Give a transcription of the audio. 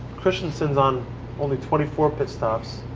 kristensen's on only twenty four pit stops.